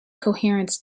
coherence